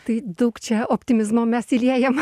tai daug čia optimizmo mes įliejam